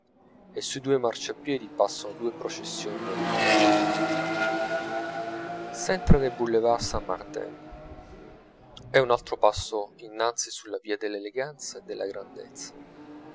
e sui due marciapiedi passano due processioni non interrotte s'entra nel boulevard saint martin è un altro passo innanzi sulla via dell'eleganza e della grandezza